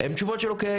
הם תשובות של אוקי,